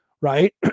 right